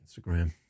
Instagram